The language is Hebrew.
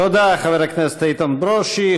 תודה, חבר הכנסת איתן ברושי.